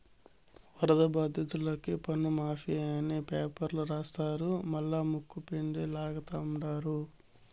వరద బాధితులకి పన్నుమాఫీ అని పేపర్ల రాస్తారు మల్లా ముక్కుపిండి లాగతండారు